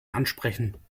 ansprechen